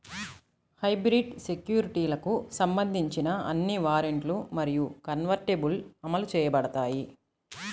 hybrid సెక్యూరిటీలకు సంబంధించిన అన్ని వారెంట్లు మరియు కన్వర్టిబుల్లు అమలు చేయబడతాయి